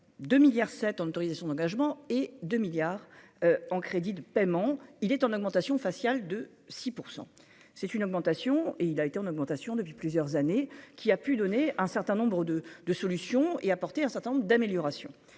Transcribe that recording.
2 milliards 7 ans l'autorisation d'engagement et de milliards en crédits de paiement, il est en augmentation faciale de 6 % c'est une augmentation et il a été en augmentation depuis plusieurs années, qui a pu donner un certain nombre de de solutions et apporter un certain nombre d'amélioration